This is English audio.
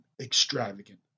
extravagant